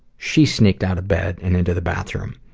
she sneaked out of bed and into the bathroom.